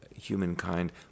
humankind